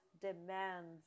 demands